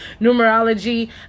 numerology